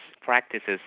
practices